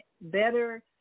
better